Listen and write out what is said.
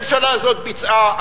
ממשלה זאת ביצעה,